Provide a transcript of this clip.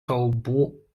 kalbų